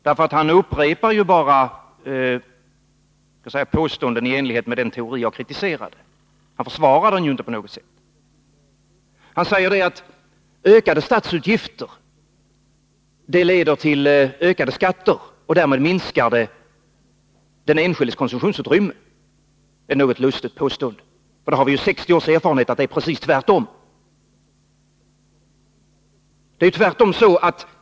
Herr talman! Jag vet inte vad Sten Svensson avsåg med sitt inlägg. Han upprepar bara sitt påstående i enlighet med den teori som jag kritiserade. Han försvarar den inte på något sätt. Han säger att ökade statsutgifter leder till ökade skatter och därmed till ett minskat konsumtionsutrymme för den enskilde, ett något lustigt påstående. Vi har ju sextio års erfarenhet av att det är precis tvärtom.